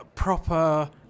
proper